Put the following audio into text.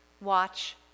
Watch